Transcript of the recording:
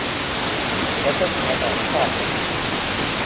बचत खाता का होला?